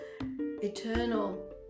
eternal